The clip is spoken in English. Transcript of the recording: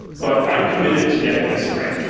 but i'm committed to getting this right.